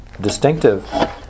distinctive